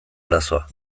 arazoa